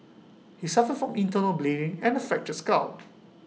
he suffered from internal bleeding and A fractured skull